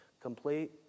Complete